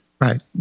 right